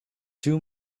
two